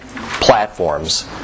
platforms